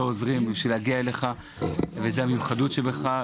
עוזרים בשביל להגיע אליך וזו המיוחדות שבך.